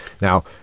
Now